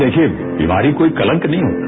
देखिए बीमारी कोई कलंक नहीं होती